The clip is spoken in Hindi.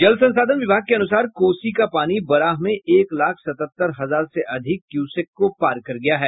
जल संसाधन विभाग के अनुसार कोसी का पानी बराह में एक लाख सतहत्तर हजार से अधिक क्यूसेक को पार कर गया है